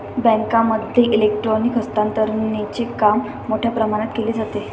बँकांमध्ये इलेक्ट्रॉनिक हस्तांतरणचे काम मोठ्या प्रमाणात केले जाते